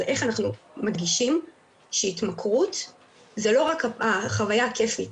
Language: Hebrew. איך אנחנו מדגישים שהתמכרות זה לא החוויה הכיפית.